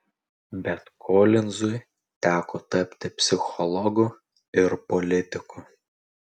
bet kolinzui teko tapti psichologu ir politiku